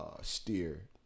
steer